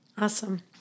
Awesome